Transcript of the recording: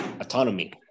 autonomy